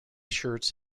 shirts